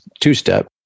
two-step